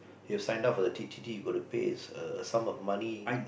you signed up for the T_T_T you gotta pays uh a sum of money